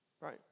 Right